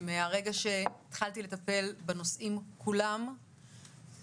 ומהרגע שהתחלתי לטפל בנושאים כולם,